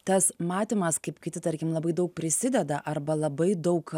tas matymas kaip kiti tarkim labai daug prisideda arba labai daug